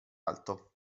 alto